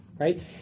right